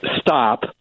stop